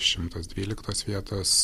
šimtas dvyliktos vietos